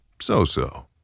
so-so